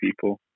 people